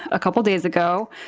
a couple days ago,